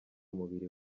mubiri